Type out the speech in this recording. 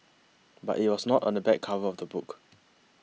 but it was not on the back cover of the book